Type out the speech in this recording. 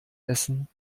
essen